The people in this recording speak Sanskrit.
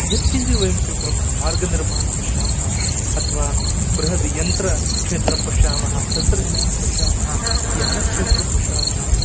यत्किञ्चिद् वयं स्वीकुर्मः महा मार्गनिर्माणं पश्यामः अथवा बृहद् यन्त्रक्षेत्रं पश्यामः तन्त्रज्ञानं पश्यामः यानक्षेत्रं पश्यामः